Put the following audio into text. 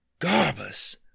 garbus